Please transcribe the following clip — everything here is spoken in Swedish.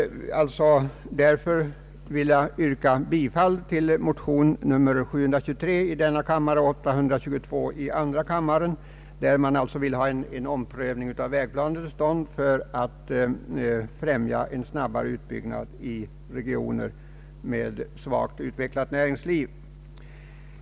Jag vill således yrka bifall till motionerna I: 723 och II: 822, i vilka begärs en omprövning av vägplanen för att främja en snabbare utbyggnad av vägnätet i regioner med svagt utvecklat näringsliv.